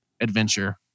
adventure